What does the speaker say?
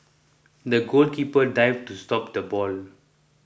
the goalkeeper dived to stop the ball